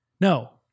No